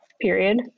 period